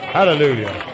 Hallelujah